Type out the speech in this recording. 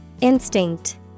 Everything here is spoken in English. Instinct